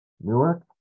Newark